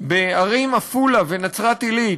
בערים עפולה ונצרת-עילית,